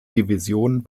division